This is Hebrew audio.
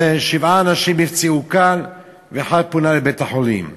שבעה אנשים נפצעו קל ואחד פונה לבית-חולים.